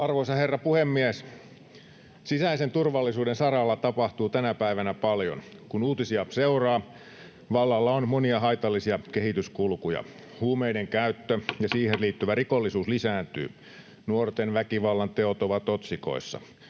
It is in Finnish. Arvoisa herra puhemies! Sisäisen turvallisuuden saralla tapahtuu tänä päivänä paljon. Kun uutisia seuraa, vallalla on monia haitallisia kehityskulkuja. Huumeiden käyttö ja siihen liittyvä rikollisuus lisääntyy. Nuorten väkivallanteot ovat otsikoissa.